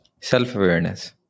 self-awareness